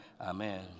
Amen